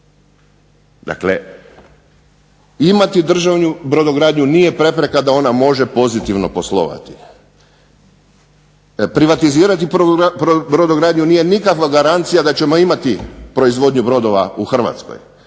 Dakle, imati državnu brodogradnju nije prepreka da ona može pozitivno poslovati. Privatizirati brodogradnju nije nikakva garancija da ćemo imati proizvodnju brodova u Hrvatskoj.